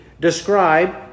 describe